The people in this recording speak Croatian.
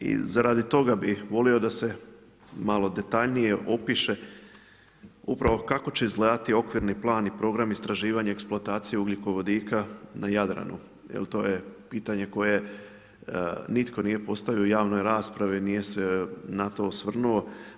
I radi toga bi volio da se malo detaljnije opiše upravo kako će izgledati okvirni plan i program istraživanje eksploatacije ugljikovodika na Jadranu jel to je pitanje koje nitko nije postavio u javnoj raspravi, nije se na to osvrnuo.